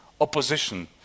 opposition